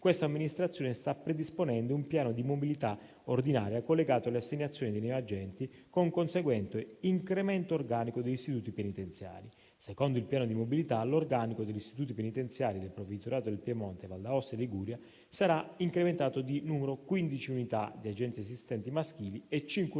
questa amministrazione sta predisponendo un piano di mobilità ordinaria collegato alle assegnazioni degli agenti, con conseguente incremento organico degli istituti penitenziari. Secondo il piano di mobilità, l'organico degli istituti penitenziari del provveditorato di Piemonte, Val d'Aosta e Liguria sarà incrementato di 15 unità di agenti assistenti maschili e 5 unità